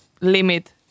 limit